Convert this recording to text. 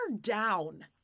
down